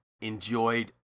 enjoyed